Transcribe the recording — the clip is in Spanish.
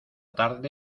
tarde